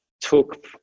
took